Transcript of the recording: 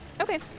Okay